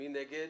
מי נגד?